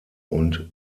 und